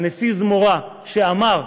הנשיא זמורה, שאמר: